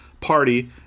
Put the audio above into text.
party